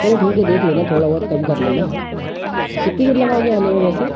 चलो ठीक है देख लेना थोड़ा बहुत कम कर लेना और कितनी देर लगाओगे आने में वैसे